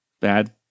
bad